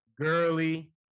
girly